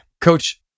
Coach